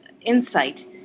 insight